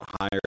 higher